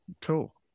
Cool